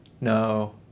no